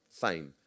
fame